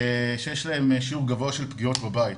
שיש להם שיעור גבוה של פגיעות בבית,